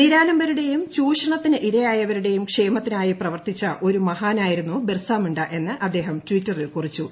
നിരാലംബരുടെയും ചൂഷണത്തിന് ഇരയായവരുടെയും ക്ഷേമത്തി നായി പ്രവർത്തിച്ച ഒരു മഹാനായിരുന്നു ബിർസാമു എന്ന് അദ്ദേഹം ട്ടിറ്ററിൽ കുറിച്ചു